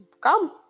Come